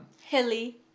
Hilly